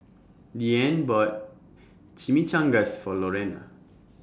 Deanne bought Chimichangas For Lorena